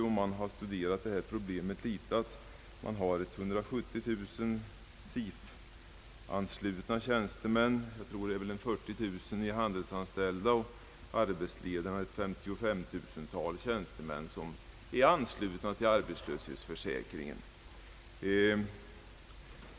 Om man har studerat detta problem vet man att bl.a. 170 000 SIF-anslutna tjänstemän, 40 000 handelsanställda tjänstemän och 55 000 arbetsledare är anslutna till arbetslöshetsförsäkringen.